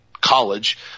college